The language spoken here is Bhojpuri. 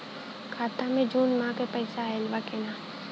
खाता मे जून माह क पैसा आईल बा की ना?